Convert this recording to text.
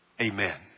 amen